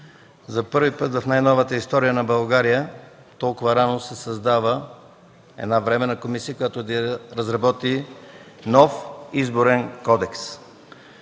За първи път в най-новата история на България толкова рано се създава временна комисия, която да разработи нов Изборен кодекс.